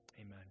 Amen